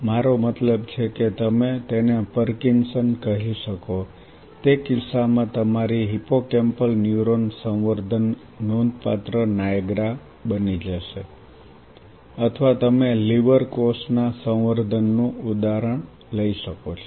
મારો મતલબ છે કે તમે તેને પાર્કિન્સન કહી શકો તે કિસ્સામાં તમારી હિપ્પોકેમ્પલ ન્યુરોન સંવર્ધન નોંધપાત્ર નાયગ્રા બની જશે અથવા તમે લિવર કોષ ના સંવર્ધન નું ઉદાહરણ લઇ શકો છો